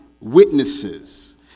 witnesses